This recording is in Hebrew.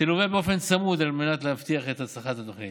תלווה באופן צמוד על מנת להבטיח את הצלחת התוכנית.